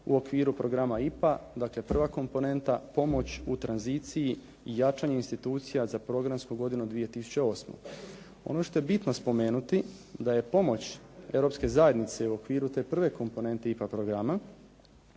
u okviru programa IPA, dakle prva komponenta Pomoć u tranziciji i jačanju institucija za programsku godinu 2008. Ono što je bitno spomenuti da je pomoć Europske zajednice u okviru te prve komponente IPA programa